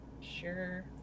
Sure